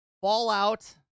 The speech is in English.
Fallout